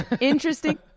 interesting